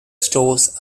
stores